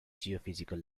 geophysical